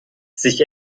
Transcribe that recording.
sich